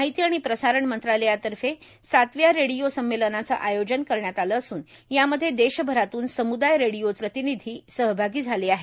माहिती आणि प्रसारण मंत्रालयातर्फे सातव्या रेडिओ संमेलनाचं आयोजन करण्यात आलं असून यामध्ये देशभरातून समुदाय रेडिओचे प्रतिनिधी सहभागी झाले आहेत